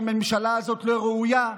שהממשלה הזאת לא ראויה?